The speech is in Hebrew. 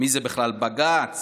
מי זה בכלל בג"ץ?